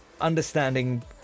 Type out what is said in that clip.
understanding